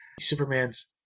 superman's